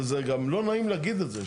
זה גם לא נעים להגיד את זה,